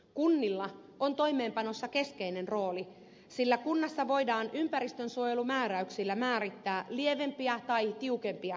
kunnilla on toimeenpanossa keskeinen rooli sillä kunnassa voidaan ympäristönsuojelumääräyksillä määrittää lievempiä tai tiukempia päästörajoja